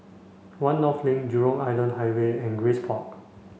One North Link Jurong Island Highway and Grace Park